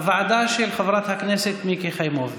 הוועדה של חברת הכנסת מיקי חיימוביץ'.